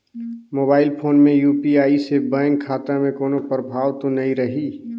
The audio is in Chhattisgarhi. मोबाइल फोन मे यू.पी.आई से बैंक खाता मे कोनो प्रभाव तो नइ रही?